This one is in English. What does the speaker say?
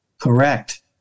Correct